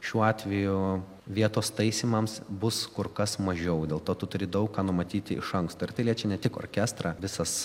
šiuo atveju vietos taisymams bus kur kas mažiau dėl to tu turi daug ką numatyti iš anksto ir tai liečia ne tik orkestrą visas